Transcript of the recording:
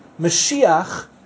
Mashiach